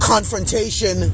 confrontation